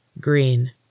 Green